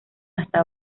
hasta